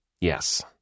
yes